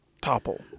topple